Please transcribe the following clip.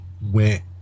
went